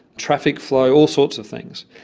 traffic flow, all sorts of things.